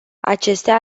acestea